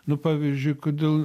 nu pavyzdžiui kodėl